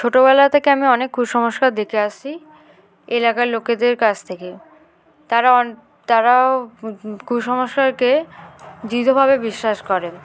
ছোটোবেলা থেকে আমি অনেক কুসংস্কার দেখে আসছি এলাকার লোকেদের কাছ থেকে তারা অ তারাও কুসংস্কারকে দৃঢ়ভাবে বিশ্বাস করে